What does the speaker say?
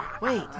Wait